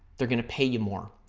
they're going to pay you more.